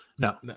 No